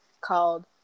called